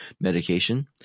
medication